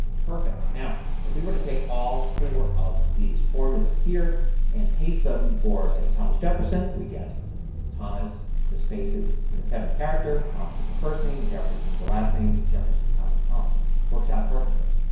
perfect. now if we were to take all four of these formulas here and paste them for, say, thomas jefferson. we get thomas the space is in the seventh character, thomas is the first name, jefferson is the last name, jefferson, um thomas. it works out perfectly.